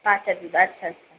কাঁচা দুধ আচ্ছা আচ্ছা